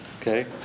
Okay